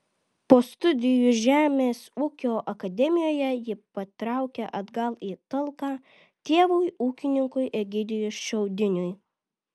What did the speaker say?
po studijų žemės ūkio akademijoje ji patraukė atgal į talką tėvui ūkininkui egidijui šiaudiniui